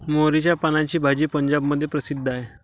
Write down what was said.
मोहरीच्या पानाची भाजी पंजाबमध्ये प्रसिद्ध आहे